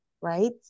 Right